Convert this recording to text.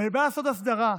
ובאה לעשות הסדרה,